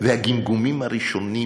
הוא ידע את זה, והגמגומים הראשונים של